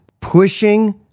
pushing